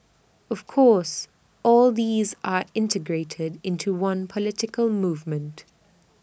of course all these are integrated into one political movement